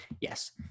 Yes